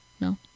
no